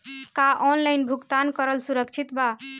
का ऑनलाइन भुगतान करल सुरक्षित बा?